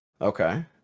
Okay